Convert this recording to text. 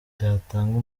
byatanga